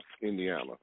Indiana